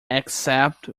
except